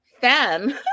fan